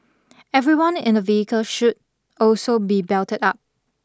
everyone in a vehicle should also be belted up